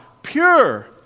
Pure